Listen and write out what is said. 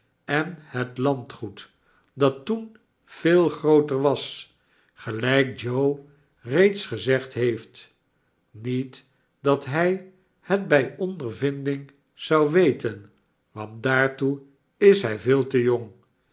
en het landgoed dat toen veel grooter was gelijk joe reeds gezegd heeft niet dat hij het bij ondervinding zou weten want daartoe is hij veel te jong